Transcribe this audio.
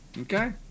Okay